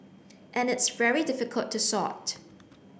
and it's very difficult to sort